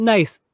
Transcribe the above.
Nice